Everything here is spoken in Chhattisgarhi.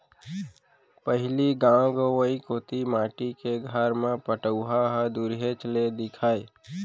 पहिली गॉव गँवई कोती माटी के घर म पटउहॉं ह दुरिहेच ले दिखय